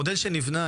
עודד היקר,